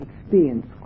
experience